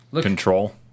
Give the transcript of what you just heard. Control